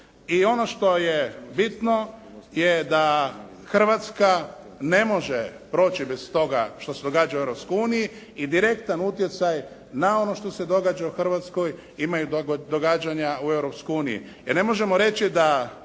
I ono što je bitno je da Hrvatska ne može proći bez toga što se događa u Europskoj uniji i direktan utjecaj na ono što se događa u Hrvatskoj imaju događanja u